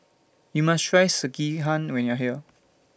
YOU must Try Sekihan when YOU Are here